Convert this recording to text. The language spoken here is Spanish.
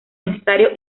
necesario